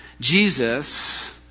Jesus